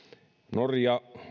norja